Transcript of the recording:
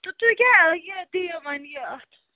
تہٕ تُہۍ کیٛاہ یہِ دیِو وَنۍ یہِ اَتھ